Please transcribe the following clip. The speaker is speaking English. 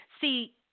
See